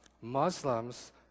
Muslims